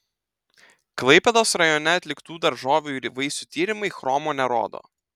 klaipėdos rajone atliktų daržovių ir vaisių tyrimai chromo nerodo